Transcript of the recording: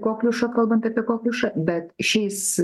kokliušą kalbant apie kokliušą bet šis